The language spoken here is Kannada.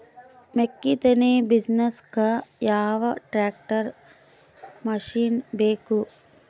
ಮೆಕ್ಕಿ ತನಿ ಬಿಡಸಕ್ ಯಾವ ಟ್ರ್ಯಾಕ್ಟರ್ ಮಶಿನ ಬೇಕು?